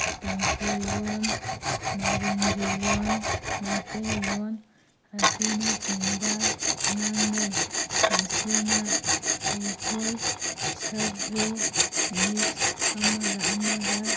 ꯇꯥꯡꯈꯨꯜ ꯂꯣꯜ ꯃꯔꯤꯡꯒꯤ ꯂꯣꯜ ꯃꯩꯇꯩ ꯂꯣꯜ ꯑꯁꯤꯅꯆꯤꯡꯕ ꯉꯥꯡꯅꯩ ꯃꯁꯤꯅ ꯑꯩꯈꯣꯏ ꯁꯛꯁꯨ ꯃꯤꯛꯁ ꯑꯃꯒ ꯑꯃꯒ